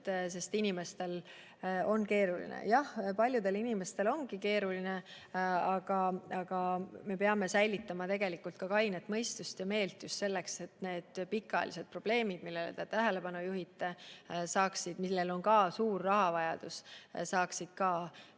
sest inimestel on keeruline. Jah, paljudel inimestel ongi keeruline, aga me peame säilitama ka kainet mõistust just selleks, et need pikaajalised probleemid, millele te tähelepanu juhite ja millel on ka suur rahavajadus, saaksid lahenduse